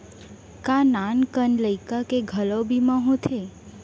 का नान कन लइका के घलो बीमा होथे?